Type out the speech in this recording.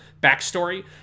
backstory